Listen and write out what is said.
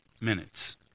minutes